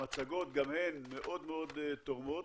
גם המצגות מאוד תורמות.